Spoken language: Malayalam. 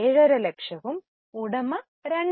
5 ലക്ഷവും ഉടമ 2